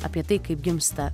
apie tai kaip gimsta